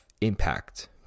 impact